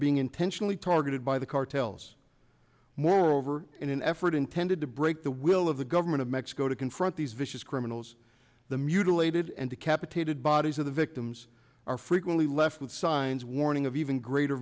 being intentionally targeted by the cartels moreover in an effort intended to break the will of the government of mexico to confront these vicious criminals the mutilated and decapitated bodies of the victims are frequently left with signs warning of even greater